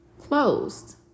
closed